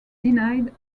denied